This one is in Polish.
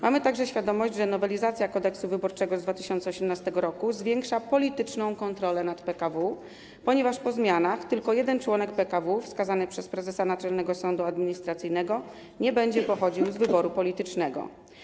Mamy także świadomość, że nowelizacja Kodeksu wyborczego z 2018 r. zwiększa polityczną kontrolę nad PKW, ponieważ po zmianach tylko jeden członek PKW wskazany przez prezesa Naczelnego Sądu Administracyjnego nie będzie pochodził z wyboru politycznego.